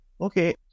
Okay